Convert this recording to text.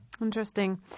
Interesting